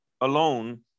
alone